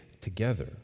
together